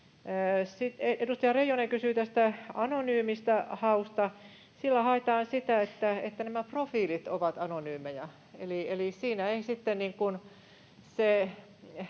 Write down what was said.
edustaja Reijonen kysyi tästä anonyymistä hausta. Sillä haetaan sitä, että nämä profiilit ovat anonyymejä,